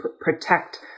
protect